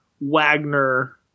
wagner